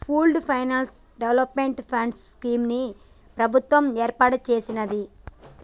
pooled finance development fund scheme ని కేంద్ర ప్రభుత్వం ఏర్పాటు చేసినాది